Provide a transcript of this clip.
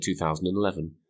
2011